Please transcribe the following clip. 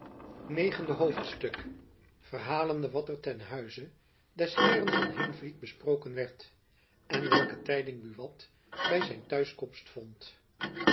negende hoofdstuk verhalende wat er ten huize des heeren van heenvliet besproken werd en welke tijding buat by zijn t'huiskomst vond